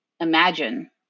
imagine